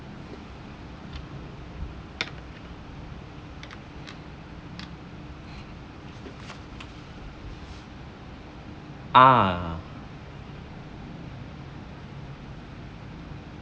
ah